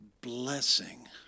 blessing